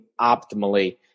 optimally